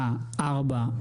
בהתאם לסעיף 19(א)(1)